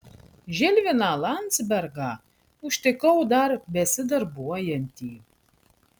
žilviną landzbergą užtikau dar besidarbuojantį